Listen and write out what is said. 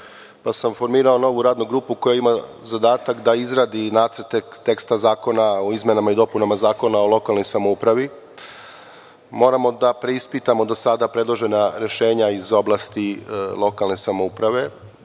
pa sam formirao novu Radnu grupu koja ima zadatak da izradi i nacrt teksta zakona o izmenama i dopunama Zakona o lokalnoj samoupravi. Moramo da preispitamo do sada predložena rešenja iz oblasti lokalne samouprave